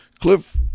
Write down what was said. Cliff